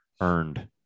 earned